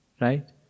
Right